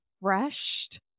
refreshed